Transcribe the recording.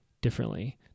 differently